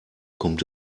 kommt